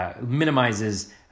minimizes